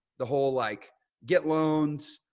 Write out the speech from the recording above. the whole, like get loans,